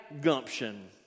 gumption